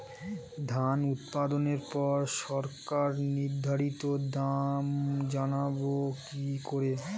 ধান উৎপাদনে পর সরকার নির্ধারিত দাম জানবো কি করে?